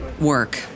work